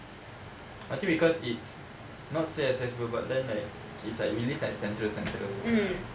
I think because it's not say accessible but then like it's like we live at central central